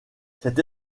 cette